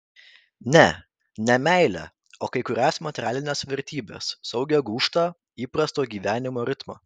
ne ne meilę o kai kurias materialines vertybes saugią gūžtą įprasto gyvenimo ritmą